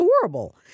horrible